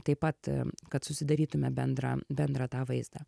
taip pat kad susidarytume bendrą bendrą tą vaizdą